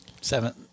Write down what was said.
Seven